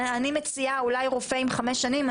אני מציעה אולי רופא עם חמש שנים,